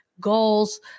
goals